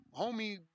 homie